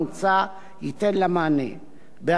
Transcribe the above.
בהיעדר צורך מעשי בקביעת האיסור,